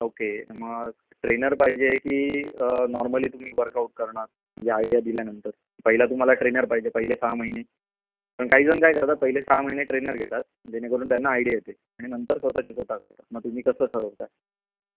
okay मग trainer पाहिजे की नॉर्मली तुम्ही वर्कआउट करणार म्हणजे आयडिया दिल्यानंतर पहिला तुम्हाला ट्रेनर पाहिजे पहिले सहा महिने पण काहीजण काय करतात पहिले सहा महिने ट्रेनर घेतात जेणेकरून त्यांना आयडिया येते आणि नंतर स्वतःचे स्वतः करतात मग तुम्ही कसं ठरवता